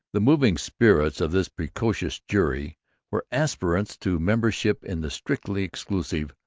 the moving spirits of this precious jury were aspirants to membership in the strictly exclusive,